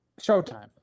Showtime